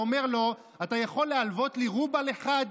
ואומר לו: אתה יכול להלוות לי רובל אחד?